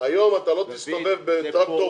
היום דיווח על ביצוע צו תעריף המכס